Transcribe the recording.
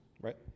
right